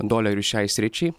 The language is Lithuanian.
dolerių šiai sričiai